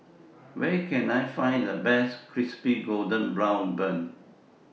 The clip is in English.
Where Can I Find The Best Crispy Golden Brown Bun